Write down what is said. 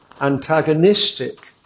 antagonistic